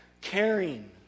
caring